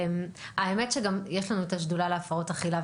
האמת שגם יש לנו את השדולה להפרעות אכילה,